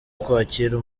kwakira